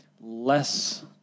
less